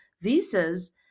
visas